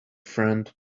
friend